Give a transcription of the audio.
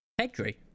Pedri